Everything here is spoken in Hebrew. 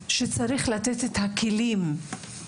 כמקום שצריך בעיקר לתת את הכלים לאדם,